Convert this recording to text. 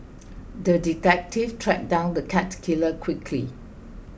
the detective tracked down the cat killer quickly